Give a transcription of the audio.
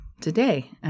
today